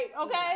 Okay